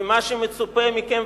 ומה שמצופה מכם,